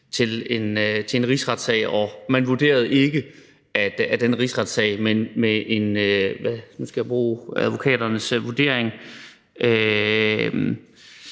til en rigsretssag, for man vurderede ikke, at – nu skal jeg bruge advokaternes vurdering